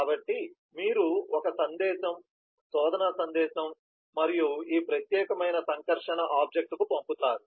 కాబట్టి మీరు ఒక సందేశం శోధన సందేశం మరియు ఈ ప్రత్యేకమైన సంకర్షణ ఆబ్జెక్ట్ కు పంపుతారు